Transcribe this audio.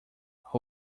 who